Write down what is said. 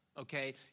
Okay